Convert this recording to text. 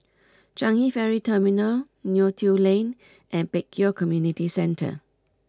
Changi Ferry Terminal Neo Tiew Lane and Pek Kio Community Centre